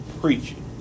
preaching